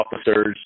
officers